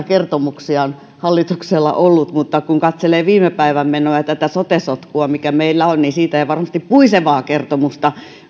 kertomuksia on hallituksella ollut mutta kun katselee viime päivien menoa ja tätä sote sotkua mikä meillä on niin siitä ei varmasti puisevaa kertomusta